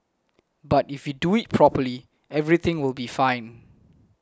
but if you do it properly everything will be fine